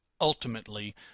ultimately